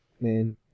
man